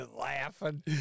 laughing